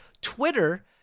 Twitter